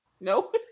No